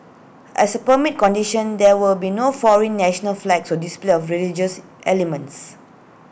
as A permit conditions there were to be no foreign national flags or display of religious elements